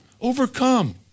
Overcome